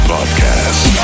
Podcast